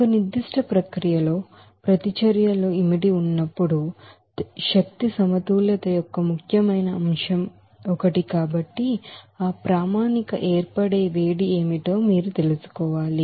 ఒక నిర్దిష్ట ప్రక్రియలో రియాక్షన్స్ప్రతిచర్యలు ఇమిడి ఉన్నప్పుడు ఎనర్జీ బాలన్స్ యొక్క ముఖ్యమైన అంశం ఒకటి కాబట్టి ఆ స్టాండర్డ్ హీట్ అఫ్ ఫార్మషన్ ఏమిటో మీరు తెలుసుకోవాలి